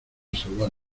salvar